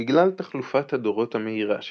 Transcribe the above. בגלל תחלופת הדורות המהירה שלהם,